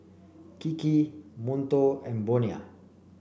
Kiki Monto and Bonia